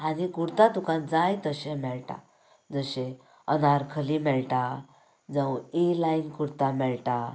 आनी कुर्ता तुका जाय तशे मेळटा जशे अनारकली मेळटा जावं ए लायन कुर्ता मेळटा